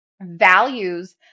values